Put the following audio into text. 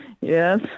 Yes